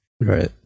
right